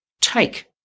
take